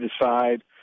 decide